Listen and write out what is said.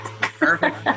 Perfect